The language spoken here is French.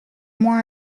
moins